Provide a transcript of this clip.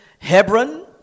Hebron